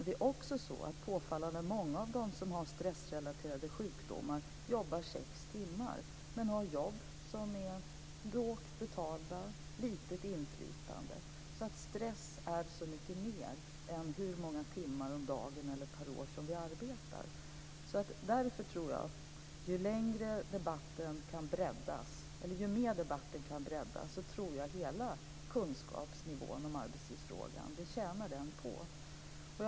Det är också så att påfallande många av dem som har stressrelaterade sjukdomar jobbar sex timmar men har jobb som är lågt betalt och ger litet inflytande. Stress är alltså så mycket mer än hur många timmar om dagen eller per år som vi arbetar. Därför tror jag att ju mer debatten har breddas, desto mer tjänar hela kunskapsnivån om arbetstidsfrågan på det.